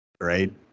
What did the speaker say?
Right